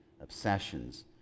obsessions